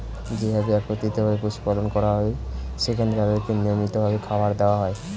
যেখানে একত্রিত ভাবে পশু পালন করা হয়, সেখানে তাদেরকে নিয়মিত ভাবে খাবার দেওয়া হয়